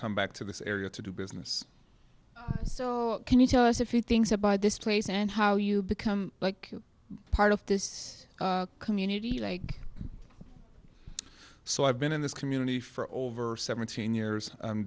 come back to this area to do business so can you tell us a few things i buy this place and how you become like part of this community like so i've been in this community for over seventeen years